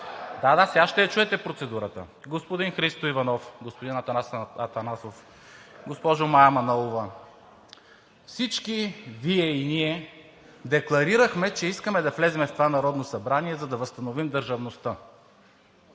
Да, да, сега ще чуете процедурата. ...господин Атанас Атанасов, госпожа Мая Манолова – всички Вие и ние декларирахме, че искаме да влезем в това Народно събрание, за да възстановим държавността,